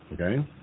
okay